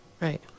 Right